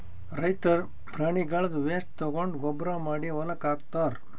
ರೈತರ್ ಪ್ರಾಣಿಗಳ್ದ್ ವೇಸ್ಟ್ ತಗೊಂಡ್ ಗೊಬ್ಬರ್ ಮಾಡಿ ಹೊಲಕ್ಕ್ ಹಾಕ್ತಾರ್